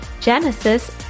Genesis